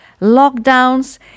lockdowns